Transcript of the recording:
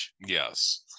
Yes